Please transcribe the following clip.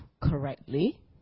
correctly